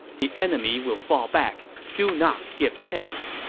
the enemy will fall back do not give chase.